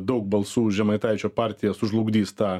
daug balsų žemaitaičio partija sužlugdys tą